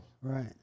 Right